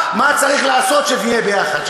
מה צריך לעשות כדי שנהיה יחד,